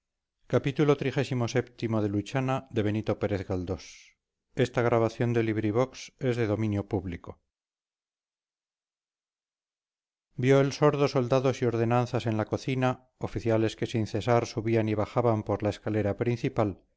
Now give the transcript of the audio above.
en jefe vio el sordo soldados y ordenanzas en la cocina oficiales que sin cesar subían y bajaban por la escalera principal